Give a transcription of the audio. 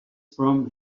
from